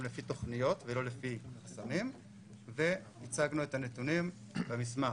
לפי תוכניות ולא לפי חסמים והצגנו את הנתונים במסמך.